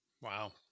Wow